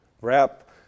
wrap